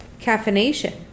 caffeination